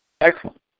Excellent